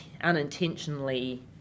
unintentionally